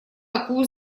такую